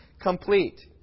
complete